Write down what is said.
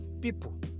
people